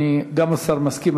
גם השר מסכים,